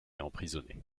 emprisonnés